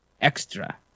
extra